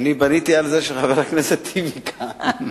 בניתי על זה שחבר הכנסת טיבי כאן.